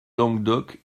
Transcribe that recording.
languedoc